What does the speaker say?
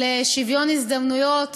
לשוויון הזדמנויות